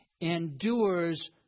endures